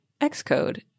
Xcode